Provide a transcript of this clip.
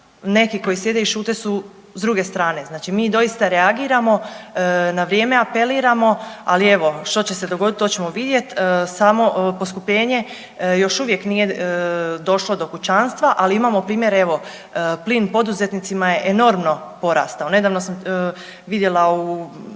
Neki koji sjede i šute su s druge strane. Znači mi doista reagiramo, na vrijeme apeliramo, ali evo što će se dogodit to ćemo vidjet. Samo poskupljenje još uvijek nije došlo do kućanstva, ali imamo primjer evo plin poduzetnicima je enormno porastao. Nedavno sam vidjela u